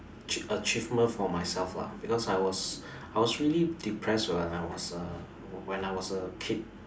achievement for myself lah because I was I was really depressed when I was a kid